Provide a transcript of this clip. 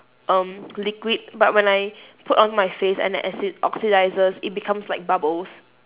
um liquid but when I put on my face and it acci~ oxides it becomes like bubbles